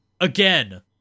again